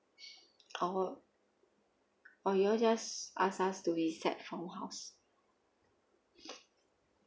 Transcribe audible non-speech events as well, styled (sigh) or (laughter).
or or you all just ask us to reset from our house (breath)